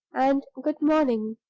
and good-morning.